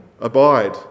abide